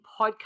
podcast